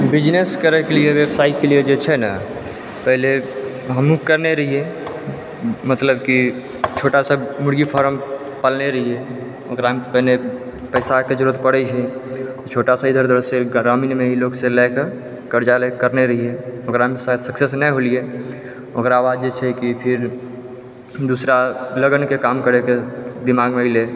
business करयके लिए व्यवसायके लिए जे छै ने पहिले हमहुँ करने रहियै मतलब कि छोटा सा मुर्गी फारम खोलने रहियै ओकरा मे तऽ पहिने पैसाके जरुरत पड़ै छै छोटा छोटा इधर उधरसँ ग्रामीण से ही लए लए कऽ करने रहियै ओकरा अनुसार सक्सेस नहि होलियै ओकरा बाद जे छै कि फिर दूसरा लगनके काम करयके दिमागमे एलै